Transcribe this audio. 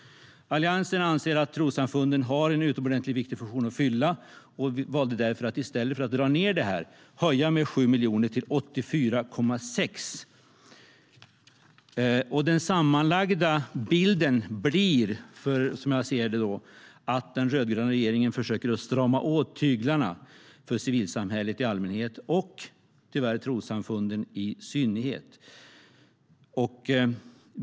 Alliansen anser att trossamfunden har en utomordentligt viktig funktion att fylla, och därför valde vi att höja anslaget med 7 miljoner till 84,6 miljoner i stället för att dra ned det. Den sammanlagda bilden blir att den rödgröna regeringen försöker strama åt tyglarna för civilsamhället i allmänhet och, tyvärr, för trossamfunden i synnerhet.